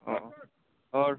ও ওর